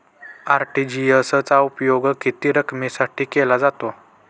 RTGS चा उपयोग किती रकमेसाठी केला जातो?